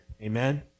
amen